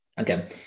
Okay